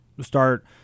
start